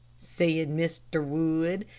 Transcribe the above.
said mr. wood,